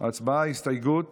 הסתייגות